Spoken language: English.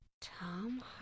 Tom